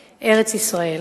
ארץ-ישראל".